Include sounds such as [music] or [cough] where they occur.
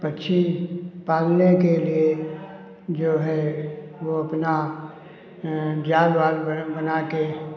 पक्षी पालने के लिए जो है वो अपना जाल वाल [unintelligible] बना के